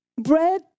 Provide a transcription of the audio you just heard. Bread